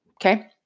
Okay